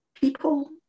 people